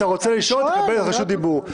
אתה רוצה לשאול, תקבל רשות דיבור.